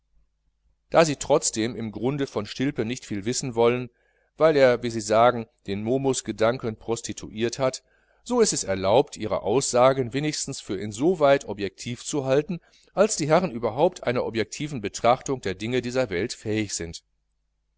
da sie trotzdem im grunde von stilpe nicht viel wissen wollen weil er wie sie sagen den momusgedanken prostituiert hat so ist es erlaubt ihre aussagen wenigstens für insoweit objektiv zu halten als die herren überhaupt einer objektiven betrachtung der dinge dieser welt fähig sind